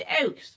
out